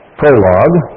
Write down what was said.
prologue